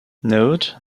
note